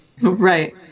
Right